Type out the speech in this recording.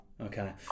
okay